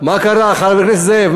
מה קרה, חבר הכנסת זאב?